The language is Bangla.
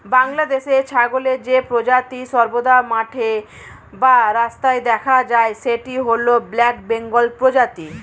বাংলাদেশে ছাগলের যে প্রজাতি সর্বদা মাঠে বা রাস্তায় দেখা যায় সেটি হল ব্ল্যাক বেঙ্গল প্রজাতি